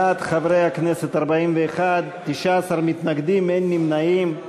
בעד, חברי הכנסת, 41, 19 מתנגדים, אין נמנעים.